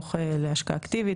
ויהפוך להשקעה אקטיבית.